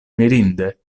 mirinde